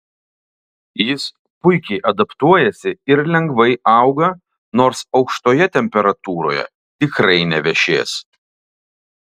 jis puikiai adaptuojasi ir lengvai auga nors aukštoje temperatūroje tikrai nevešės